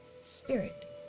spirit